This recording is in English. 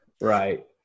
right